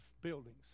buildings